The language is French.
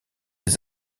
des